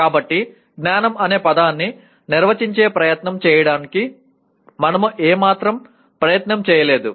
కాబట్టి జ్ఞానం అనే పదాన్ని నిర్వచించే ప్రయత్నం చేయడానికి మనము ఏ ప్రయత్నం చేయలేదు